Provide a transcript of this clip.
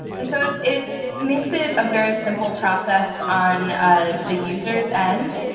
and so it makes it a very simple process on the users' end.